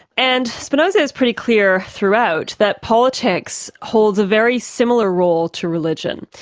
and spinoza's pretty clear throughout that politics holds a very similar role to religion.